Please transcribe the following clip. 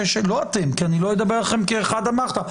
לא אתם כי אני לא אדבר עליכם בחדא מחתא,